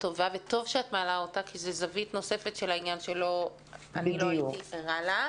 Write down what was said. וטוב שאת מעלה אותה כי זו זווית נוספת של העניין שלא הייתי ערה לה.